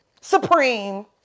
supreme